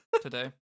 Today